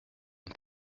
une